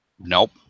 nope